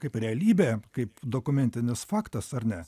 kaip realybė kaip dokumentinis faktas ar ne